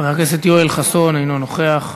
חבר הכנסת יואל חסון, אינו נוכח.